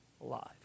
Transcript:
alive